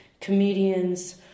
comedians